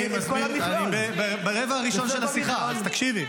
אני ברבע הראשון של השיחה, אז תקשיבי.